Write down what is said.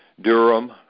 Durham